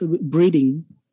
breeding